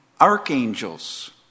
archangels